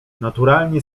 naturalnie